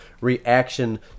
reaction